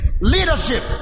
leadership